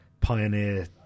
pioneer